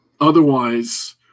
otherwise